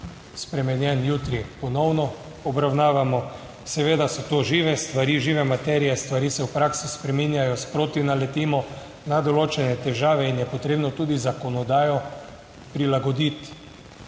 spremenjen jutri ponovno obravnavamo. Seveda so to žive stvari, žive materije, stvari se v praksi spreminjajo, sproti naletimo na določene težave in je potrebno tudi zakonodajo prilagoditi.